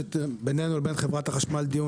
ובינינו לבין חברת החשמל יש דיון